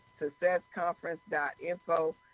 Successconference.info